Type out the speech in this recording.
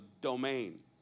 domain